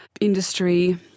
industry